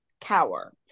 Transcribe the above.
cower